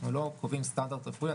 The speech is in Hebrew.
אנחנו לא קובעים סטנדרט רפואי,